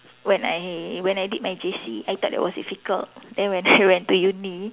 when I when I did my J_C I thought it was difficult then when I went to uni